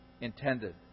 intended